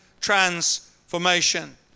Transformation